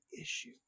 issue